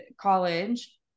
college